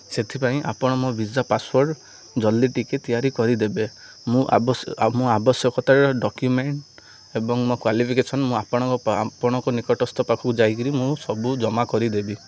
ସେଥିପାଇଁ ଆପଣ ମୋ ଭିଜା ପାସ୍ପୋର୍ଟ୍ ଜଲ୍ଦି ଟିକିଏ ତିଆରି କରିଦେବେ ମୁଁ ମୋ ଆବଶ୍ୟକତା ଡକ୍ୟୁମେଣ୍ଟ୍ ଏବଂ ମୋ କ୍ଵାଲିଫିକେସନ୍ ମୁଁ ଆପଣଙ୍କ ଆପଣଙ୍କ ନିକଟସ୍ଥ ପାଖକୁ ଯାଇକିରି ମୁଁ ସବୁ ଜମା କରିଦେବି